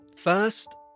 First